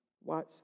watch